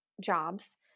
jobs